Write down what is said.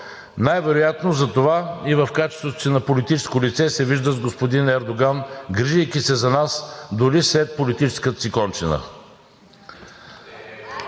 Най вероятно затова и в качеството си на политически лице се вижда с господин Ердоган, грижейки се за нас дори след политическата си кончина.